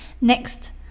Next